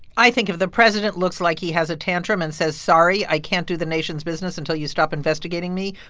i think if the president looks like he has a tantrum and says, sorry, i can't do the nation's business until you stop investigating me,